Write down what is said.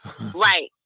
Right